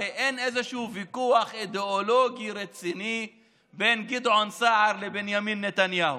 הרי אין איזשהו ויכוח אידיאולוגי רציני בין גדעון סער לבנימין נתניהו.